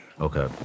Okay